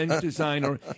designer